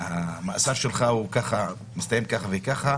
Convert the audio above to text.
המאסר שלך הוא ככה, מסתיים כך וככה,